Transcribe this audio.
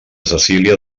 cecília